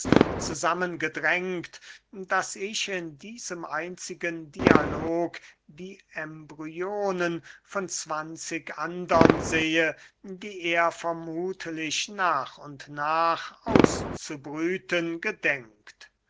zusammengedrängt daß ich in diesem einzigen dialog die embryonen von zwanzig andern sehe die er vermuthlich nach und nach auszubrüten gedenkt